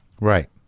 Right